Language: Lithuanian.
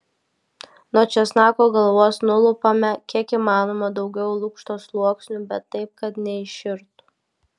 nuo česnako galvos nulupame kiek įmanoma daugiau lukšto sluoksnių bet taip kad neiširtų